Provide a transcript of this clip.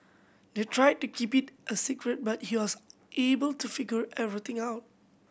they tried to keep it a secret but he was able to figure everything out